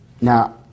Now